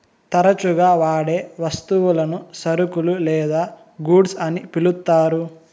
తరచుగా వాడే వస్తువులను సరుకులు లేదా గూడ్స్ అని పిలుత్తారు